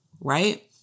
right